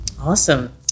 Awesome